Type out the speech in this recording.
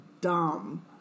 dumb